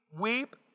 weep